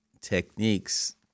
techniques